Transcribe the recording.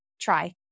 try